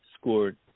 scored